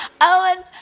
Owen